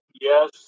yes